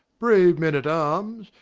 brave men-at-arms,